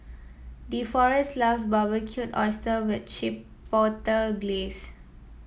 Deforest loves Barbecued Oyster with Chipotle Glaze